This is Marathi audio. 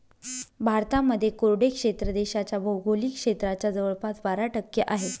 भारतामध्ये कोरडे क्षेत्र देशाच्या भौगोलिक क्षेत्राच्या जवळपास बारा टक्के आहे